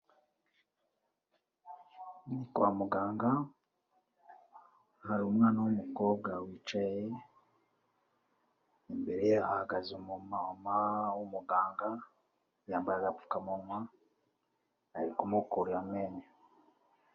Ni kwa muganga hari umwana w'umukobwa wicaye imbere ye hahagaze umumama w'umuganga yambaye agapfukamunwa ari kumukurira amenyo.